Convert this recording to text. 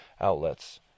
outlets